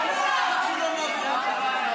תתבייש לך.